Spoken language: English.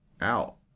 out